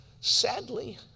sadly